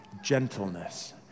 gentleness